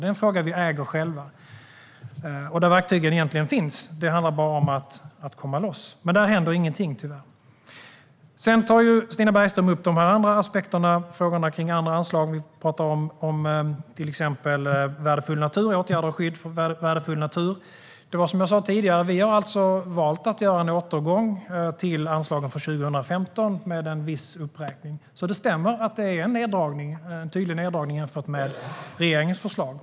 Det är en fråga vi äger själva och där verktygen egentligen finns. Det handlar bara om att komma loss. Där händer dock ingenting, tyvärr. Stina Bergström tar upp andra aspekter och frågor som rör andra anslag. Vi talar till exempel om åtgärder till skydd för värdefull natur. Vi har alltså valt att göra en återgång till anslagen för 2015 med en viss uppräkning. Det stämmer alltså att det är en tydlig neddragning i förhållande till regeringens förslag.